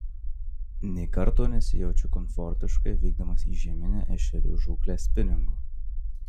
nė karto nesijaučiu komfortiškai vykdamas į žieminę ešerių žūklę spiningu